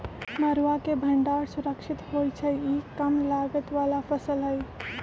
मरुआ के भण्डार सुरक्षित होइ छइ इ कम लागत बला फ़सल हइ